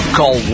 Call